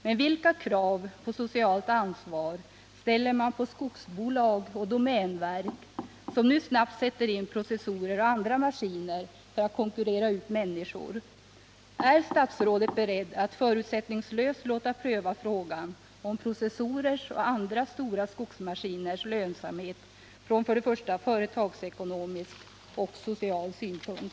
Men vilka krav på socialt ansvar ställer man på skogsbolag och domänverk, som nu snabbt sätter in processorer och andra maskiner för att konkurrera ut människor? Är statsrådet beredd att förutsättningslöst låta pröva frågan om processorers och andra stora skogsmaskiners lönsamhet från företagsekonomisk och social synpunkt?